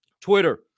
Twitter